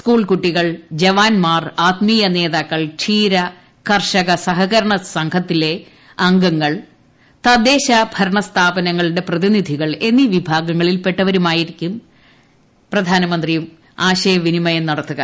സ്കൂൾകുട്ടികൾ ജവാൻമാർ ആത്മീയ നേതാക്കൾ ക്ഷീര കർഷകസഹകരണസംഘങ്ങളിലെ അംഗങ്ങൾ തദ്ദേശ ഭരണസ്ഥാപനങ്ങളുടെ പ്രതിനിധികൾ എന്നീ വിഭാഗങ്ങളിൽപ്പെട്ടവരുമായിട്ടായിരിക്കും പ്രധാനമന്ത്രി ആശയവിനിമയം നടത്തുക